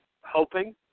hoping